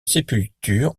sépulture